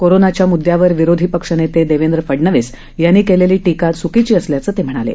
कोरोनाच्या मुददयावर विरोधी पक्षनेते देवेंद्र फडनवीस यांनी केलेली टीका चुकीची असल्याचं ते म्हणाले